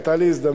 היתה לי הזדמנות,